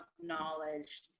knowledge